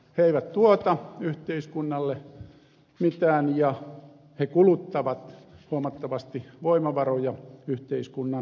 he eivät tuota yhteiskunnalle mitään ja kuluttavat huomattavasti voimavaroja yhteiskunnan kassasta